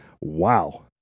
wow